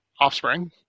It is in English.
Offspring